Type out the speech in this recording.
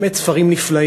באמת, ספרים נפלאים,